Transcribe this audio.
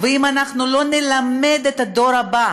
ואם אנחנו לא נלמד את הדור הבא